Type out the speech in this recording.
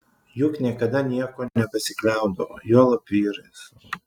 juk niekada niekuo nepasikliaudavo juolab vyrais